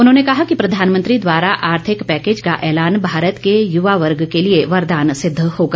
उन्होंने ये भी कहा कि प्रधानमंत्री द्वारा आर्थिक पैकेज का ऐलान भारत के युवा वर्ग के लिए वरदान सिद्ध होगा